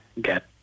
get